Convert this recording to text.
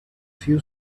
few